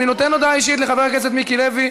אני נותן הודעה אישית לחבר הכנסת מיקי לוי,